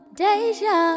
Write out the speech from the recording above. deja